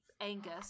Angus